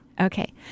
Okay